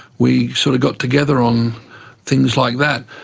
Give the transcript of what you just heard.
we sort of got together on things like that.